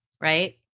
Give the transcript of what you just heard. right